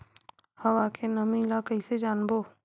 हवा के नमी ल कइसे जानबो?